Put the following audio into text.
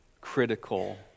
critical